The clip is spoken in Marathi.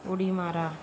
उडी मारा